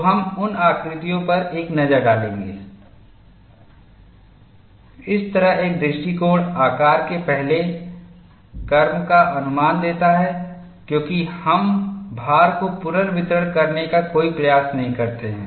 तो हम उन आकृतियों पर एक नज़र डालेंगे इस तरह एक दृष्टिकोण आकार के पहले क्रम का अनुमान देता है क्योंकि हम भार को पुनर्वितरण करने का कोई प्रयास नहीं करते हैं